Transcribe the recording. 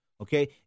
Okay